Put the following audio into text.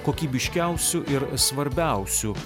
kokybiškiausių ir svarbiausių